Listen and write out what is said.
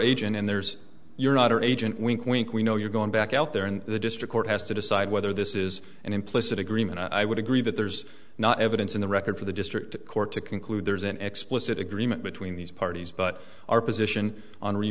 agent and there's you're not her agent wink wink we know you're going back out there and the district court has to decide whether this is an implicit agreement i would agree that there's not evidence in the record for the district court to conclude there's an explicit agreement between these parties but our position